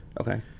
Okay